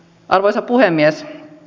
arvoisa puhemies